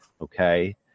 okay